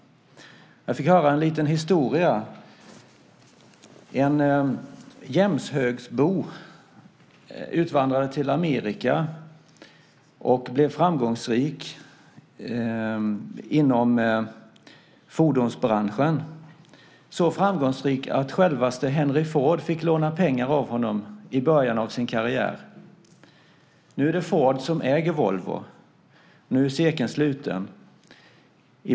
Jag fick höra en liten historia. En jämshögsbo utvandrade till Amerika och blev framgångsrik inom fordonsbranschen, så framgångsrik att självaste Henry Ford fick låna pengar av honom i början av sin karriär. Nu är det Ford som äger Volvo. Nu är cirkeln sluten.